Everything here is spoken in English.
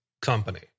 company